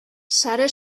sare